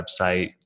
website